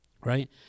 right